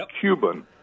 Cuban